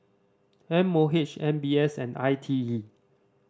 M O H M B S and I T E